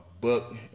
book